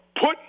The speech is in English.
put